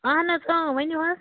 اَہَن حَظ ؤنِو حظ